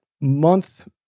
month